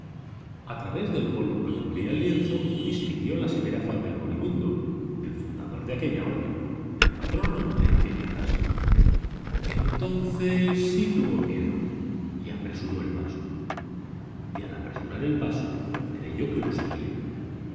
a través del polvo que cubría el lienzo distinguió la severa faz del moribundo del fundador de aquella orden del patrono de aquella casa entonces sí tuvo miedo y apresuró el paso y al apresurar el paso creyó que lo seguían